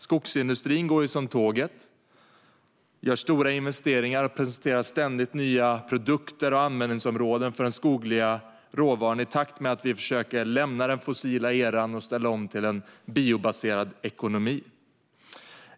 Skogsindustrin går ju som tåget, gör stora investeringar och presenterar ständigt nya produkter och användningsområden för den skogliga råvaran, i takt med att vi försöker lämna den fossila eran och ställa om till en biobaserad ekonomi.